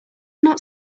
not